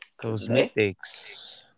Cosmetics